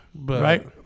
Right